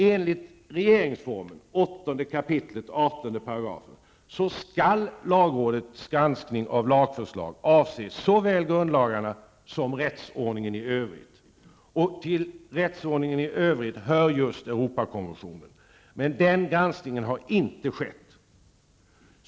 Enligt regeringsformen 8 kap. 18 § skall lagrådets granskning av lagförslag avse såväl grundlagarna som rättsordningen i övrigt. Till rättsordningen i övrigt hör Europakonventionen. Den granskningen har dock inte skett.